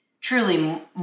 truly